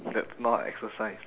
that's not an exercise